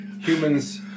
humans